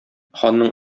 ханның